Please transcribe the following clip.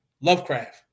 Lovecraft